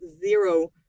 zero